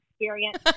experience